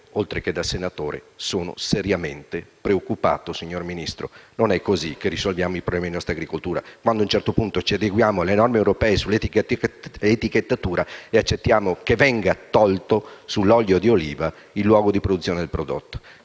oltre che da senatore, sono seriamente preoccupato. Signor Ministro, non è così che risolviamo i problemi della nostra agricoltura, se a un certo punto ci adeguiamo anche alle norme europee sull'etichettatura e accettiamo che venga tolto, sull'olio di oliva, il luogo di produzione del prodotto.